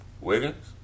Wiggins